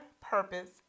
purpose